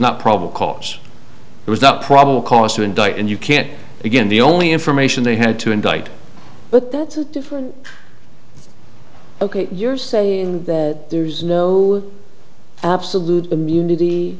not probable cause it was not probable cause to indict and you can't begin the only information they had to indict but that's a different ok you're saying there's no absolute immunity